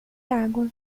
água